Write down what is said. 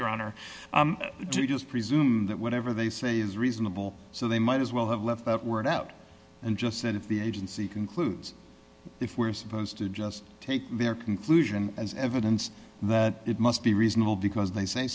your honor do you just presume that whatever they say is reasonable so they might as well have left that word out and just said if the agency concludes if we're supposed to just take their conclusion as evidence that it must be reasonable because they say